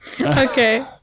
Okay